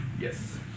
Yes